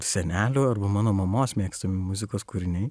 senelių arba mano mamos mėgstami muzikos kūriniai